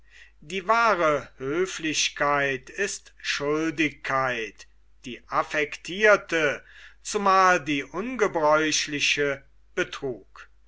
die wahre höflichkeit ist schuldigkeit die affektirte zumal die ungebräuchliche betrug